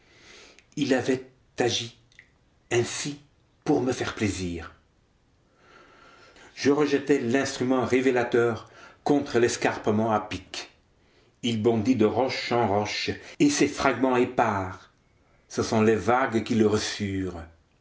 il avait agi ainsi pour me faire plaisir je rejetai l'instrument révélateur contre l'escarpement à pic il bondit de roche en roche et ses fragments épars ce sont les vagues qui le reçurent